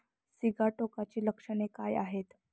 सिगाटोकाची लक्षणे काय आहेत?